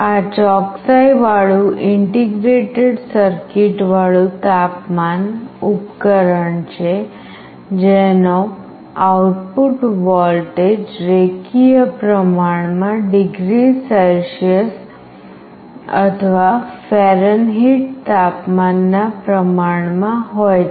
આ ચોકસાઇવાળું integrated circuit વાળું તાપમાન ઉપકરણ છે જેનો આઉટપુટ વોલ્ટેજ રેખીય પ્રમાણમાં ડિગ્રી સેલ્સિયસ અથવા ફેરનહિટ તાપમાનના પ્રમાણમાં હોય છે